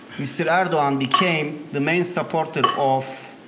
mr. erdogan became the main supporter of